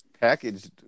packaged